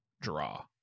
draw